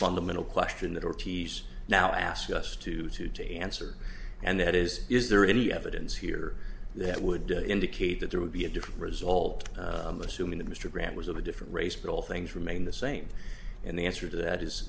fundamental question that ortiz now asked us to today answer and that is is there any evidence here that would indicate that there would be a different result assuming that mr graham was of a different race but all things remain the same and the answer to that is